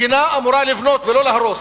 מדינה אמורה לבנות ולא להרוס,